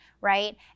right